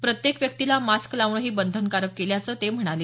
प्रत्येक व्यक्तीला मास्क लावणंही बंधनकारक केल्याचं ते म्हणाले